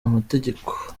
amategeko